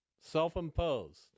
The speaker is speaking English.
self-imposed